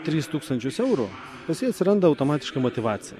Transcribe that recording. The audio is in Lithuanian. tris tūkstančius eurų pas jį atsiranda automatiškai motyvacija